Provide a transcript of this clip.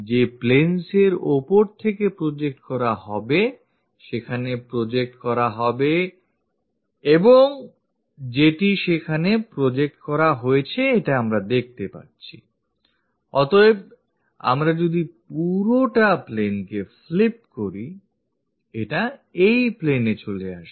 যে planes এর ওপর একে project করা হবে সেখানে এটিই project করা হবে যেটি সেখানে project করা হয়েছেI অতএব আমরা যদি পুরোটা planeকে flip করি এটা এই plane এ চলে আসে